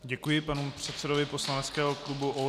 Děkuji panu předsedovi poslaneckého klubu ODS.